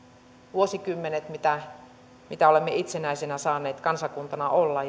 vuosikymmenet mitä mitä olemme itsenäisenä kansakuntana saaneet olla